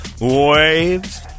Waves